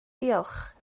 diolch